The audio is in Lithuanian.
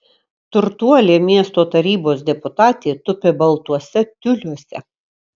turtuolė miesto tarybos deputatė tupi baltuose tiuliuose